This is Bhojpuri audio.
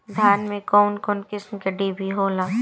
धान में कउन कउन किस्म के डिभी होला?